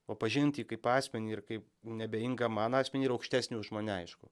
o pažint jį kaip asmenį ir kaip neabejingą man asmenį ir aukštesnį už mane aišku